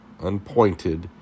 unpointed